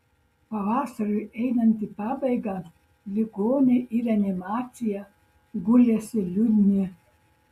pavasariui einant į pabaigą ligoniai į reanimaciją gulėsi liūdni